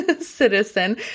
citizen